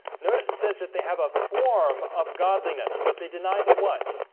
notice it says that they have a form of godliness, but they deny the what